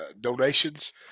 donations